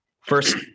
first